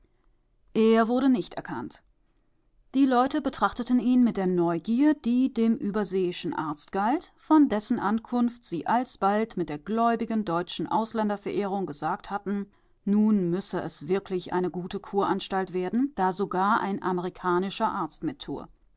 er wurde nicht erkannt die leute betrachteten ihn mit der neugier die dem überseeischen arzt galt von dessen ankunft sie alsbald mit der gläubigen deutschen ausländerverehrung gesagt hatten nun müsse es wirklich eine gute kuranstalt werden da sogar ein amerikanischer arzt mittue